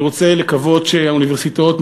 אני רוצה לקוות שהאוניברסיטאות,